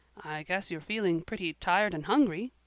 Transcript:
i guess you're feeling pretty tired and hungry,